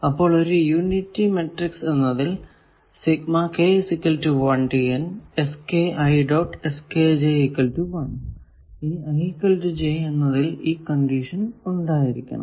അപ്പോൾ ഒരു unitary matrix എന്നതിൽ ആണ് ഇനി എന്നതിൽ ഈ കണ്ടീഷൻ ഉണ്ടായിരിക്കണം